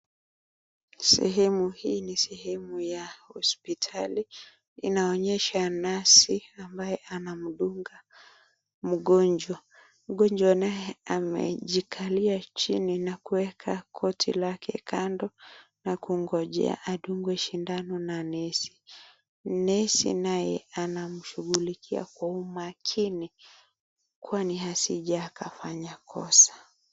Sehemu hii ni sehemu ya hospitali inaonyesha nesi ambaye anamdunga mgonjwa. Mgonjwa naye amejikalia chini na kuweka koti lake kando na kungojea adungwe sindano na nesi. Nesi naye anamshughulikia kwa umakini kwani asije akafanya kosa.